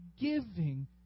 giving